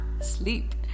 Sleep